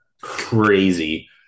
crazy